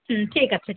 হুম ঠিক আছে